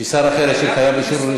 יש פה, למה?